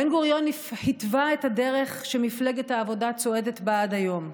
בן-גוריון התווה את הדרך שמפלגת העבודה צועדת בה עד היום.